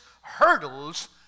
hurdles